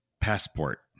passport